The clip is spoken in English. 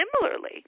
similarly